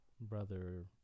Brother